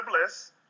Bliss